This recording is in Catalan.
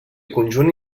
conjunt